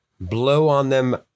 blow-on-them